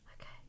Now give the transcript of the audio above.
Okay